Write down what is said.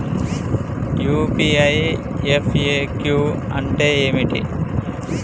UPI FAQ అంటే ఏమిటి?